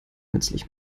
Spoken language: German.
nützlich